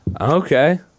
okay